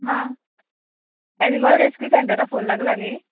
हा animal rescue सेंटरा phone लागला न्ही